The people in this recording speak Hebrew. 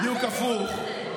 מה זה הדיבור הזה?